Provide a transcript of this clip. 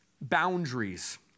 boundaries